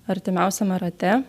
artimiausiame rate